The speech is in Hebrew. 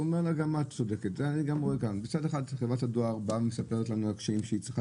חברת הדואר באה ומספרת לנו על הקשיים אתם היא צריכה